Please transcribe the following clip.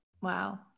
Wow